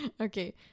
Okay